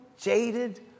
jaded